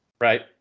Right